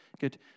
Good